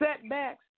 setbacks